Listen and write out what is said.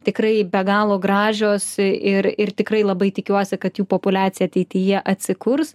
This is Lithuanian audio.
tikrai be galo gražios ir ir tikrai labai tikiuosi kad jų populiacija ateityje atsikurs